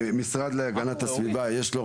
משרד להגנת הסביבה, יש לו?